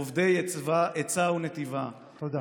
אובדי עצה ונתיבה! " תודה.